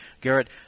Garrett